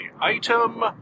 Item